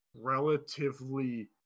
relatively